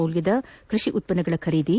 ಮೌಲ್ಯದ ಕೃಷಿ ಉತ್ಪನ್ನಗಳ ಖರೀದಿ